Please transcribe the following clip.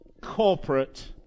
corporate